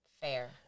Fair